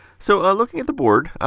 so, ah looking at the board,